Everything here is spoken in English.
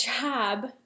job